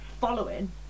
following